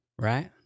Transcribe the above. right